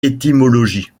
étymologies